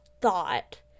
thought